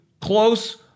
Close